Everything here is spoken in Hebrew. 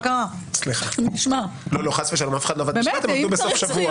אם צריך דחיות